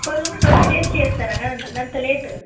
ఒక రూమ్ని twenty days చేస్తారా గానంత అంత లేటు